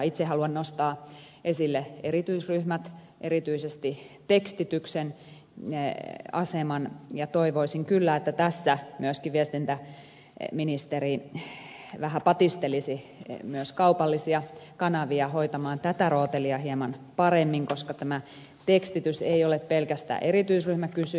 itse haluan nostaa esille erityisryhmät erityisesti tekstityksen aseman ja toivoisin kyllä että tässä myöskin viestintäministeri vähän patistelisi myös kaupallisia kanavia hoitamaan tätä rootelia hieman paremmin koska tämä tekstitys ei ole pelkästään erityisryhmäkysymys